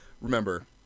remember